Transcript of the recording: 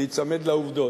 להיצמד לעובדות,